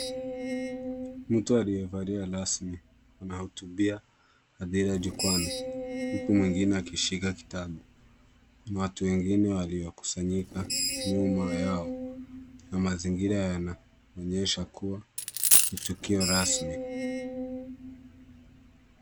Mtu aliyevalia rasmi anahutubia hadhira jukwaani, huku mwingine akishika kitabu, na watu wengine waliokusanyika nyuma yao, na mazingira yanaonyesha kuwa ni tukio rasmi.